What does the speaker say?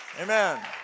Amen